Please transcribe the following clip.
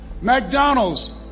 McDonald's